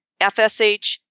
FSH